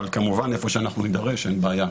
אבל כמובן, איפה שאנחנו נידרש, אין בעיה.